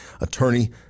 attorney